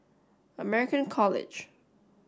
American College